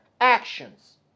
actions